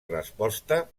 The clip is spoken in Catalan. resposta